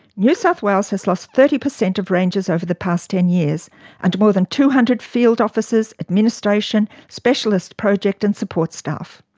new south wales has lost thirty per cent of rangers over the past ten years and more than two hundred field officers, administration, specialist project and support staff.